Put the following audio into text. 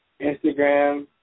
Instagram